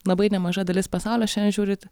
labai nemaža dalis pasaulio šiandien žiūrit